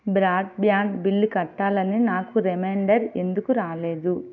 broad band bill కట్టాలని నాకు reminder ఎందుకు రాలేదు